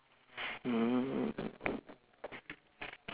mm